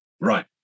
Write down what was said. Right